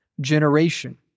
generation